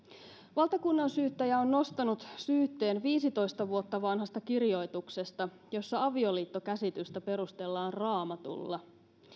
valtakunnansyyttäjä on nostanut syytteen viisitoista vuotta vanhasta kirjoituksesta jossa avioliittokäsitystä perustellaan raamatulla